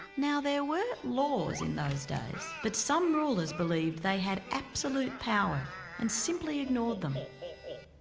now there weren't laws in those days, but some rulers believed they had absolute power and simply ignored them. ah